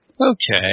Okay